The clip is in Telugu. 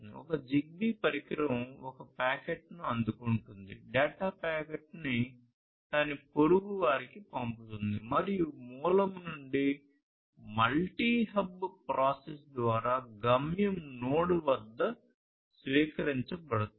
ఒక జిగ్బీ పరికరం ఒక ప్యాకెట్ను అందుకుంటుంది డేటా ప్యాకెట్ను దాని పొరుగువారికి పంపుతుంది మరియు మూలం నుండి మల్టీ హబ్ ప్రాసెస్ ద్వారా గమ్యం నోడ్ వద్ద స్వీకరించబడుతుంది